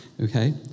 okay